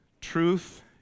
truth